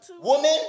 woman